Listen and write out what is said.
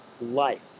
life